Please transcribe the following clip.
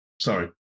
Sorry